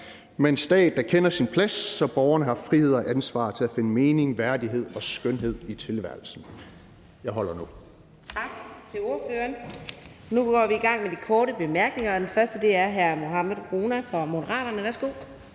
med en stat, der kender sin plads, så borgerne har frihed og ansvar til at finde mening, værdighed og skønhed i tilværelsen. Jeg holder nu.